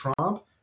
Trump